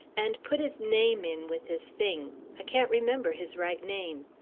and put his name in with his things i can't remember his right name.